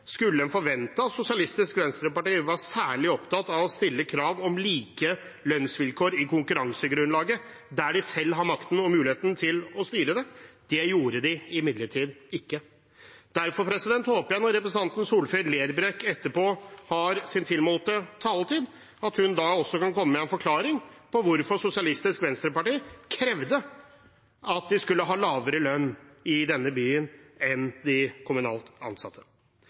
skulle en forvente at Sosialistisk Venstreparti var særlig opptatt av å stille krav om like lønnsvilkår i konkurransegrunnlaget, der de selv har makten og muligheten til å styre det. Det gjorde de imidlertid ikke. Derfor håper jeg også at representanten Solfrid Lerbrekk, når hun etterpå har sin tilmålte taletid, kan komme med en forklaring på hvorfor Sosialistisk Venstreparti krevde at de skulle ha lavere lønn i denne byen enn det de kommunalt ansatte